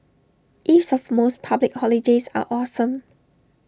eves of most public holidays are awesome